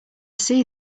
see